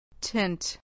Tint